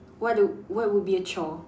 what do what would be a chore